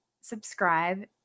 subscribe